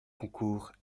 concours